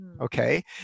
Okay